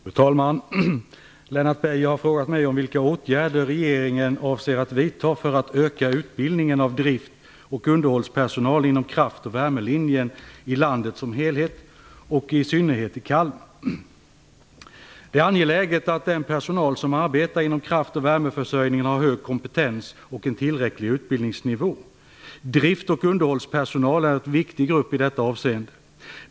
Fru talman! Lennart Beijer har frågat mig om vilka åtgärder regeringen avser att vidta för att öka utbildningen av drift och underhållspersonal inom kraft och värmelinjen i landet som helhet och i synnerhet i Kalmar. Det är angeläget att den personal som arbetar inom kraft och värmeförsörjningen har en hög kompetens och en tillräcklig utbildningsnivå. Drift och underhållspersonal är en viktig grupp i detta avseende.